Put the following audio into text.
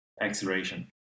acceleration